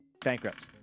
bankrupt